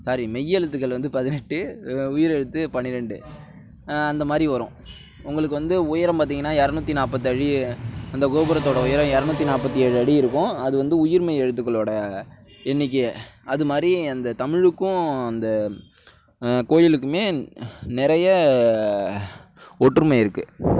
sorry மெய்யெழுத்துக்கள் வந்து பதினெட்டு உயிரெழுத்து பன்னிரெண்டு அந்த மாதிரி வரும் உங்களுக்கு வந்து உயரம் பார்த்தீங்கன்னா இரநூற்றி நாற்பது அடி அந்த கோபுரத்தோட உயரம் இரநூற்றி நாற்பத்தி ஏழு அடி இருக்கும் அது வந்து உயிர்மெய் எழுத்துக்களோட எண்ணிக்கை அது மாதிரி அந்த தமிழுக்கும் அந்த கோயிலுக்குமே நிறைய ஒற்றுமை இருக்கு